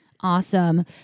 Awesome